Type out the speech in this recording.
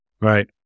right